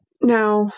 Now